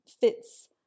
fits